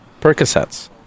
Percocets